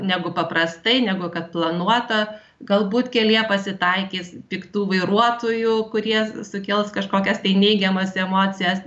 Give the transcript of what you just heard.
negu paprastai negu kad planuota galbūt kelyje pasitaikys piktų vairuotojų kurie sukels kažkokias tai neigiamas emocijas